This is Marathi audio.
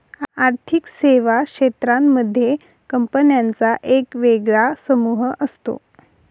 आर्थिक सेवा क्षेत्रांमध्ये कंपन्यांचा एक वेगळा समूह असतो